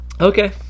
okay